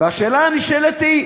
והשאלה הנשאלת היא: